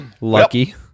Lucky